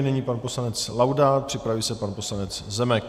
Nyní pan poslanec Laudát, připraví se pan poslanec Zemek.